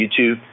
YouTube